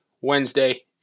Wednesday